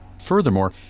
Furthermore